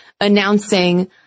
announcing